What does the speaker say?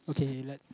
okay let's